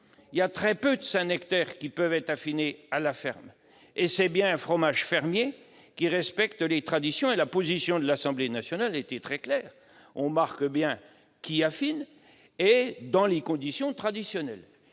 très peu de saint-nectaire peuvent être affinés à la ferme. Il s'agit pourtant bien d'un fromage fermier qui respecte les traditions, et la position de l'Assemblée nationale a été très claire : on marque bien qui affine et on précise « dans les conditions traditionnelles